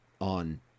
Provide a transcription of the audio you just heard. on